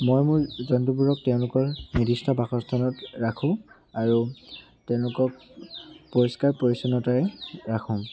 মই মোৰ জন্তুবোৰক তেওঁলোকৰ নিৰ্দিষ্ট বাসস্থানত ৰাখোঁ আৰু তেওঁলোকক পৰিষ্কাৰ পৰিচ্ছন্নতাৰে ৰাখোঁ